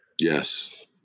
Yes